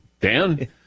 Dan